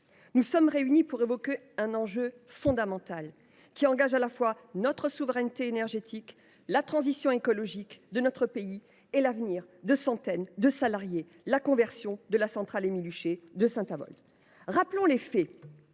cet après midi pour évoquer un enjeu fondamental, qui engage à la fois notre souveraineté énergétique, la transition écologique de notre pays et l’avenir de centaines de salariés : la conversion de la centrale Émile Huchet de Saint Avold. Rappelons les faits.